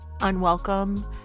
unwelcome